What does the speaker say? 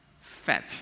fat